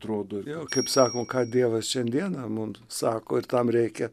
atrodo ir jo kaip sako ką dievas šiandieną mums sako ir tam reikia